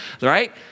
Right